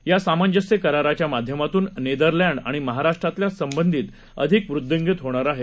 या सामंजस्य कराराच्या माध्यमातून नेदरलँड आणि महाराष्ट्रातील संबंध अधिक वृद्धींगत होतील